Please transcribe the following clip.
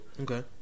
Okay